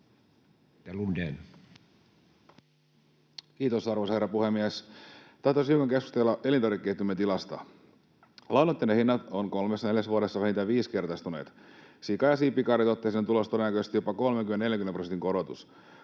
Lundén. Kiitos, arvoisa herra puhemies! Tahtoisin hiukan keskustella elintarvikeketjumme tilasta. Lannoitteiden hinnat ovat kolmessa neljässä vuodessa vähintään viisinkertaistuneet. Sika- ja siipikarjatuotteisiin on tulossa todennäköisesti jopa 30—40 prosentin korotus.